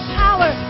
power